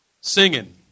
singing